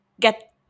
get